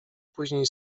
później